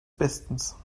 bestens